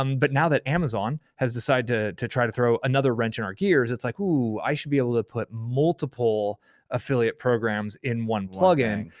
um but now that amazon has decided to to try to throw another wrench in our gears, it's like, ooh, i should be able to put multiple affiliate programs in one plugin,